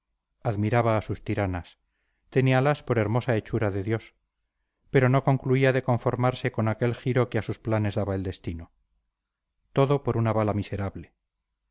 admiraba a sus tiranas teníalas por hermosa hechura de dios pero no concluía de conformarse con aquel giro que a sus planes daba el destino todo por una bala miserable